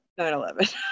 9-11